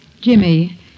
Jimmy